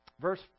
Verse